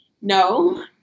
no